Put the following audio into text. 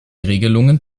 regelungen